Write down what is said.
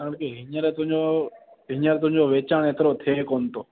छा के हीअंर तुंहिंजो हीअंर तुंहिंजो वीचार एतिरो थिए कोन्ह थो